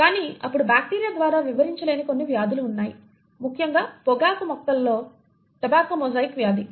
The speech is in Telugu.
కానీ అప్పుడు బ్యాక్టీరియా ద్వారా వివరించలేని కొన్ని వ్యాధులు ఉన్నాయి ముఖ్యంగా పొగాకు మొక్కలలో టొబాకో మొజాయిక్ వ్యాధి